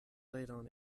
displayed